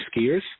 skiers